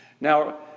Now